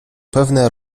pewne